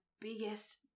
biggest